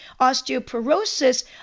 osteoporosis